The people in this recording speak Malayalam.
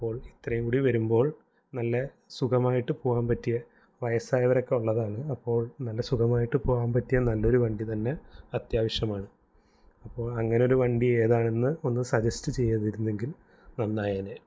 അപ്പോൾ ഇത്രയും കൂടി വരുമ്പോൾ നല്ല സുഖമായിട്ട് പോവാൻ പറ്റിയ വയസ്സായവരൊക്കെ ഉള്ളതാണ് അപ്പോള് നല്ല സുഖമായിട്ട് പോവാൻ പറ്റിയ നല്ലൊരു വണ്ടി തന്നെ അത്യാവശ്യമാണ് അപ്പോള് അങ്ങനെ ഒരു വണ്ടി ഏതാണെന്ന് ഒന്ന് സജെസ്റ്റ് ചെയ്തിരുന്നെങ്കിൽ നന്നായേനെ